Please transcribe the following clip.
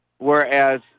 Whereas